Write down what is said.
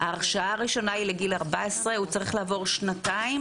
ההרשאה הראשונה היא לגיל 14. הוא צריך לעבור שנתיים,